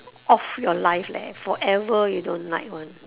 off your life leh forever you don't like [one]